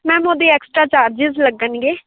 ma'am ਉਹਦੇ extra charges ਲੱਗਣਗੇ